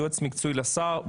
יועץ מקצועי לשר.